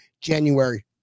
January